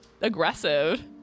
aggressive